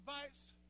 advice